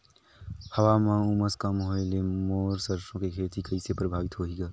हवा म उमस कम होए ले मोर सरसो के खेती कइसे प्रभावित होही ग?